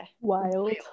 wild